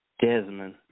Desmond